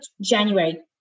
January